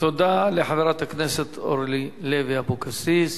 תודה לחברת הכנסת אורלי לוי אבקסיס.